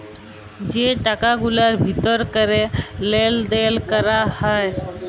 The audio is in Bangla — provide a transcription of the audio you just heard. যে টাকা গুলার ভিতর ক্যরে লেলদেল ক্যরা হ্যয়